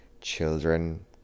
Children